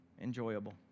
enjoyable